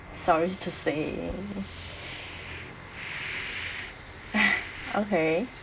sorry to say okay